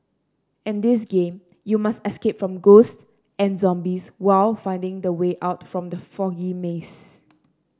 in this game you must escape from ghost and zombies while finding the way out from the foggy maze